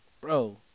Bro